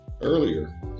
Earlier